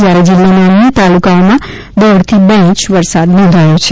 જ્યારે જિલ્લાના અન્ય તાલુકાઓમાં દોઢથી બે ઇંચ વરસાદ નોંધાયો છે